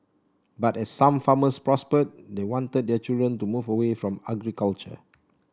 but as some farmers prospered they wanted their children to move away from agriculture